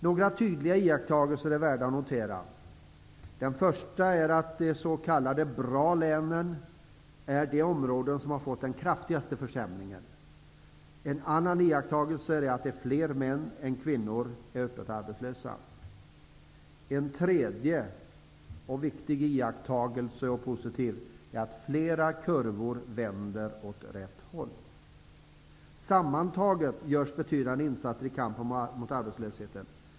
Några tydliga iakttagelser är värda är notera. Den första är att de s.k. bra länen har haft den kraftigaste försämringen. En annan iakttagelse är att fler män än kvinnor är öppet arbetslösa. En tredje och viktig positiv iakttagelse är att fler kurvor pekar åt rätt håll. Sammantaget görs betydande insatser i kampen mot arbetslösheten.